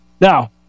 Now